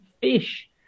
fish